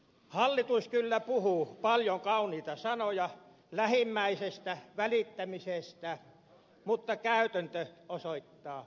hallitus kyllä puhuu paljon kauniita sanoja lähimmäisestä välittämisestä mutta käytäntö osoittaa aivan toista